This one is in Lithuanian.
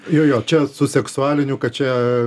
jo jo čia su seksualiniu kad čia